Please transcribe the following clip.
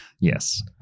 Yes